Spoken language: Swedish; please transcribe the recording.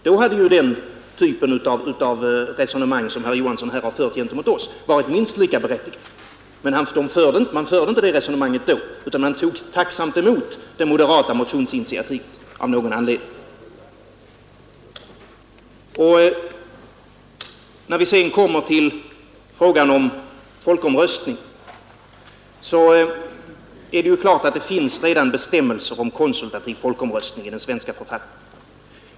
Då hade den typ av resonemang som herr Johansson här har fört gentemot oss varit minst lika berättigat. Men då förde man inte det resonemanget, utan man tog, av någon anledning, tacksamt emot det moderata motionsinitiativet. Det finns redan bestämmelser om konsultativ folkomröstning i den svenska författningen.